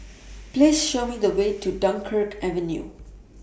Please Show Me The Way to Dunkirk Avenue